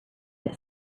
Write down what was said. that